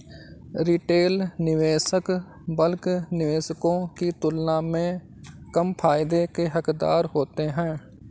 retail निवेशक bulk निवेशकों की तुलना में कम फायदे के हक़दार होते हैं